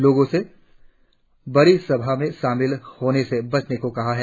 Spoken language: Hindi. लोगों से बड़ी सभाओं में शामिल होने से बचने को कहा गया है